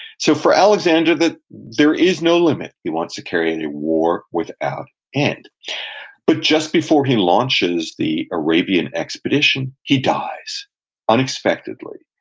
so for alexander, there is no limit. he wants to carry out a war without end but just before he launches the arabian expedition, he dies unexpectedly,